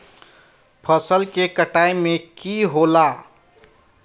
फसल के कटाई में की होला?